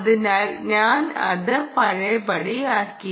അതിനാൽ ഞാൻ അത് പഴയപടിയാക്കി